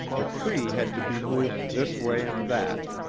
the tree had to be moved this way and that,